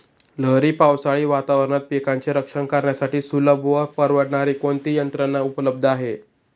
लहरी पावसाळी वातावरणात पिकांचे रक्षण करण्यासाठी सुलभ व परवडणारी कोणती यंत्रणा उपलब्ध आहे?